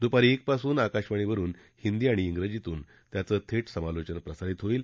दुपारी एकपासून आकाशवाणीवरुन हिंदी आणि जिजीतून त्याचं थे समालोचन प्रसारीत होईल